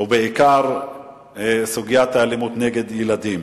ובעיקר סוגיית האלימות נגד ילדים.